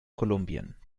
kolumbien